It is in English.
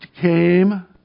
came